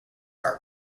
are